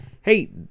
hey